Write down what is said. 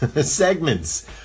segments